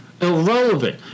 Irrelevant